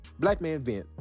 blackmanvent